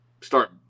start